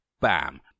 bam